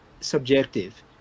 subjective